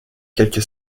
quelque